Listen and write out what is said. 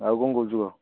ଆଉ କ'ଣ କହୁଛୁ କହ